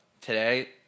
today